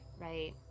right